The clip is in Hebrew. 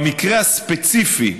במקרה הספציפי,